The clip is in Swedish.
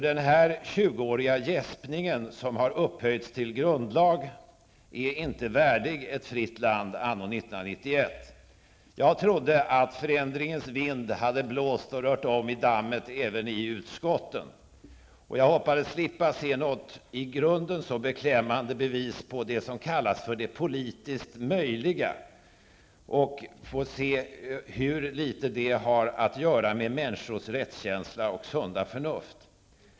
Den här tjugoåriga gäspningen som har upphöjts till grundlag är inte värdig ett fritt land anno 1991. Jag trodde att förändringens vind hade blåst och rört om i dammet även i utskotten. Jag hoppades slippa se något i grunden så beklämmande bevis på det som kallas det politiskt möjliga och få se hur litet det har att göra med människors rättskänsla och sunda förnuft.